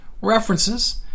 references